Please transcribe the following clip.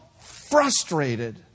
frustrated